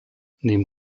neben